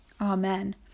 Amen